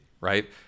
Right